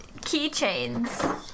keychains